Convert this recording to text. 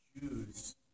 Jews